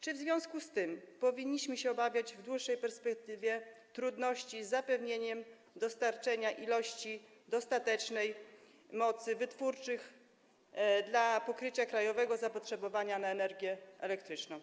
Czy w związku z tym powinniśmy się obawiać w dłuższej perspektywie trudności z zapewnieniem dostatecznej ilości mocy wytwórczych do pokrycia krajowego zapotrzebowania na energię elektryczną?